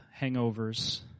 hangovers